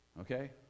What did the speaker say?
Okay